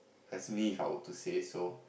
as me If I would to say so